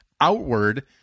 outward